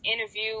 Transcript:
interview